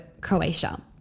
Croatia